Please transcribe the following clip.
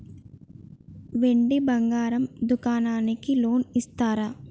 వెండి బంగారం దుకాణానికి లోన్ ఇస్తారా?